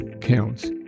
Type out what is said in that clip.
counts